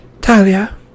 Talia